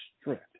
strength